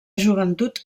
joventut